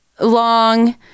long